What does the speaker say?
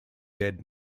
dead